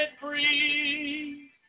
free